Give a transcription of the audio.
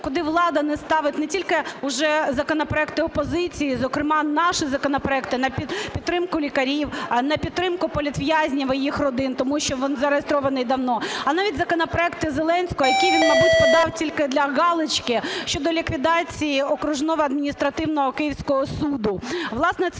куди влада не ставить не тільки вже законопроекти опозиції, зокрема наші законопроекти на підтримку лікарів, на підтримку політв'язнів і їх родин, тому що він зареєстрований давно, а навіть законопроекти Зеленського, які він, мабуть, подав тільки для галочки, щодо ліквідації Окружного адміністративного київського суду.